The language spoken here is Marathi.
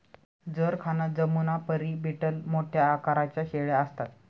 जरखाना जमुनापरी बीटल मोठ्या आकाराच्या शेळ्या असतात